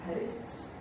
posts